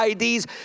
IDs